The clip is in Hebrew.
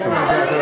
פשוט.